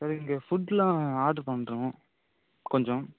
sir இங்கே ஃபுட்லாம் order பண்ணுறோம் கொஞ்சம்